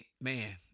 man